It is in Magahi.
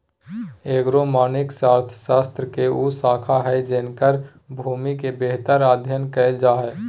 एग्रोनॉमिक्स अर्थशास्त्र के उ शाखा हइ जेकर भूमि के बेहतर अध्यन कायल जा हइ